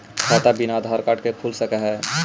खाता बिना आधार कार्ड के खुल सक है?